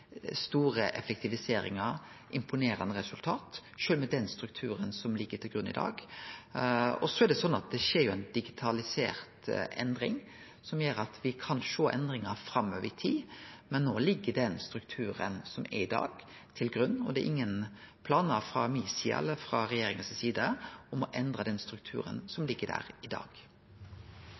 store effektiviseringar, med imponerande resultat, sjølv med den strukturen som ligg til grunn i dag. Det skjer ei digitalisert endring, som gjer at me kan sjå endringar framover i tid, men no ligg den strukturen som er i dag, til grunn, og det er ingen planar frå mi side eller frå regjeringa si side om å endre den strukturen som ligg der i dag.